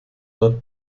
dort